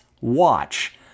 watch